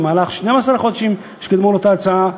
במהלך שנים-עשר החודשים שקדמו לאותה הצעה,